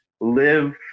Live